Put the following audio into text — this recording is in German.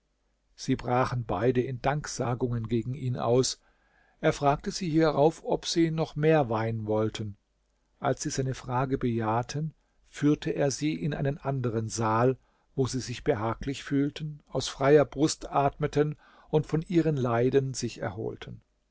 sie brachen beide in danksagungen gegen ihn aus er fragte sie hierauf ob sie noch mehr wein wollten als sie seine frage bejahten führte er sie in einen anderen saal wo sie sich behaglich fühlten aus freier brust atmeten und von ihren leiden sich erholten